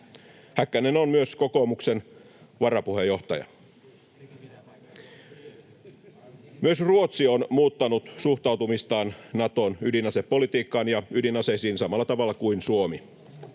Häkkänen on myös kokoomuksen varapuheenjohtaja. Myös Ruotsi on muuttanut suhtautumistaan Naton ydinasepolitiikkaan ja ydinaseisiin samalla tavalla kuin Suomi.